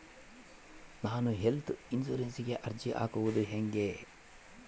ನಾನು ಹೆಲ್ತ್ ಇನ್ಸುರೆನ್ಸಿಗೆ ಅರ್ಜಿ ಹಾಕದು ಹೆಂಗ?